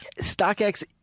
StockX